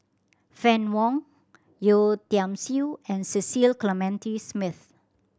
Fann Wong Yeo Tiam Siew and Cecil Clementi Smith